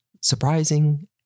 surprising